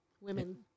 Women